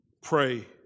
pray